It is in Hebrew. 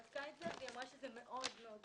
ד"ר יעל שטיין בדקה את זה ואמרה שזה מאוד גבוה.